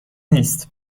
نیست